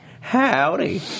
howdy